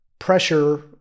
pressure